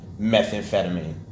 Methamphetamine